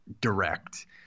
direct